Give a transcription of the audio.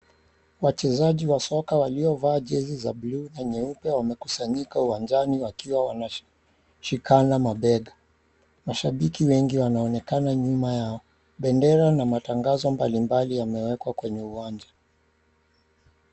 Wachezaji wa soka wa waliyovaa jezi za bluu na nyeupe wamekusanyika uwanjani wakiwa wanashikana mabega. Mashabiki wengi wanaonekana nyuma yao, bendera na matangazo mbalimbali yamewekwa kwenye uwanja.